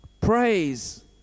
Praise